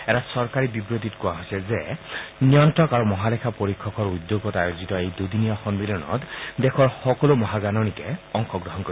এটা চৰকাৰী বিবৃতিত কোৱা হৈছে যে নিয়ন্ত্ৰক আৰু মহালেখা পৰীক্ষকৰ উদ্যোগত আয়োজিত এই দুদিনীয়া সন্মিলনত দেশৰ সকলো মহাগাণনিকে অংশগ্ৰহণ কৰিব